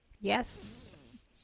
Yes